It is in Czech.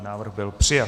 Návrh byl přijat.